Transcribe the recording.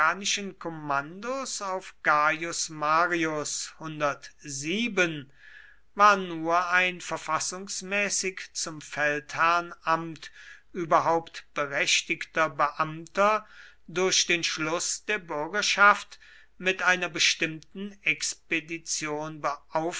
kommandos auf gaius marius war nur ein verfassungsmäßig zum feldherrnamt überhaupt berechtigter beamter durch den schluß der bürgerschaft mit einer bestimmten expedition